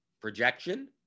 projection